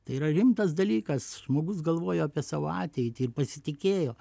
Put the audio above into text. tai yra rimtas dalykas žmogus galvoja apie savo ateitį ir pasitikėjo